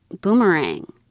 boomerang